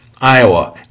Iowa